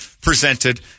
presented